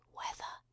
weather